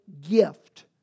gift